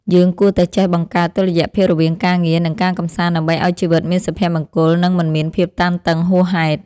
យើងគួរតែចេះបង្កើតតុល្យភាពរវាងការងារ និងការកម្សាន្តដើម្បីឱ្យជីវិតមានសុភមង្គល និងមិនមានភាពតានតឹងហួសហេតុ។